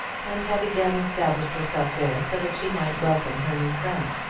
and had again established herself there so that she might welcome her new friend.